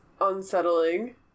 unsettling